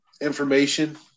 information